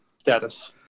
status